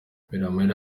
biramahire